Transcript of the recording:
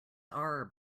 are